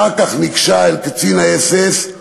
אחר כך ניגשה אל קצין האס-אס,